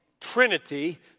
Trinity